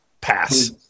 pass